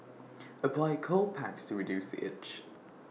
apply cold packs to reduce the itch